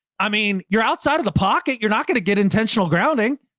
i mean you're outside of the pocket. you're not going to get intentional grounding.